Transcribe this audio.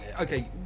okay